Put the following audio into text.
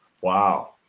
Wow